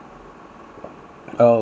okay understand understand